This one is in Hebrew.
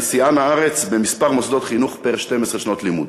אני שיאן הארץ במספר מוסדות חינוך פר-12 שנות לימוד.